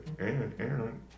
Aaron